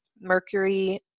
mercury